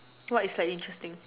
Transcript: what is a interesting